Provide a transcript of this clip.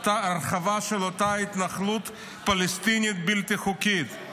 ההרחבה של אותה התנחלות פלסטינית בלתי חוקית,